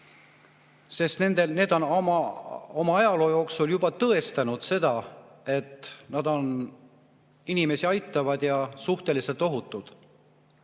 sest need on ajaloo jooksul juba tõestanud seda, et nad inimesi aitavad ja on suhteliselt ohutud.